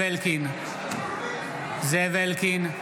זאב אלקין,